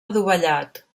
adovellat